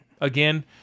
again